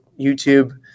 YouTube